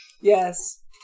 yes